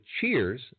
Cheers